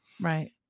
Right